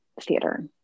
theater